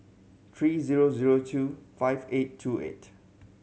three zero zero two five eight two eight